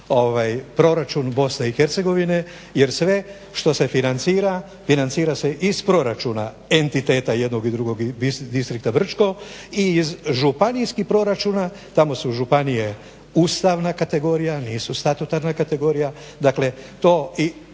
proračun BiH jer sve što se financira, financira se iz proračuna entiteta jednog i drugog Distrikta Brčko i iz županijskih proračuna. Tamo su županije ustavna kategorija, nisu statutarna kategorija. Dakle, istina